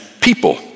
people